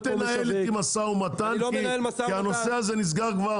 אל תנהל איתי משא ומתן כי הנושא הזה נסגר כבר